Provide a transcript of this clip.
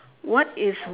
what is